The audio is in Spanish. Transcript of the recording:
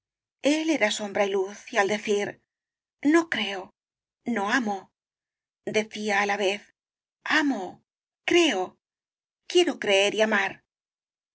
él era sombra y luz y al decir no creo no amo decía á la vez amo y creo quiero creer y amar